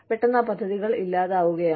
പെട്ടെന്ന് ആ പദ്ധതികൾ ഇല്ലാതാവുകയാണ്